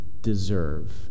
deserve